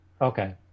Okay